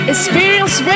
Experience